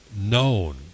known